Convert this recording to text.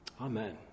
Amen